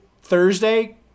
Thursday